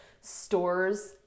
stores